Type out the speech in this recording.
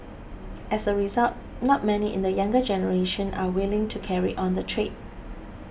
as a result not many in the younger generation are willing to carry on the trade